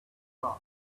called